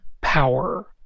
power